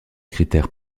critères